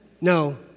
No